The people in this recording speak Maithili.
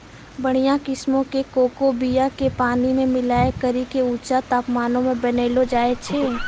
बढ़िया किस्मो के कोको बीया के पानी मे मिलाय करि के ऊंचा तापमानो पे बनैलो जाय छै